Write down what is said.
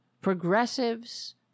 progressives